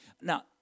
Now